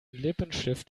lippenstift